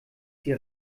die